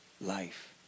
life